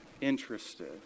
interested